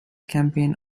campaign